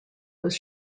was